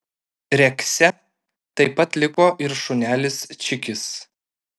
rekse taip pat liko ir šunelis čikis